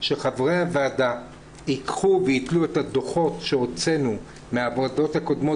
שחברי הוועדה ייקחו וייטלו את הדוחות שהוצאנו מהוועדות הקודמות,